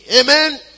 Amen